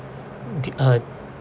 de~ uh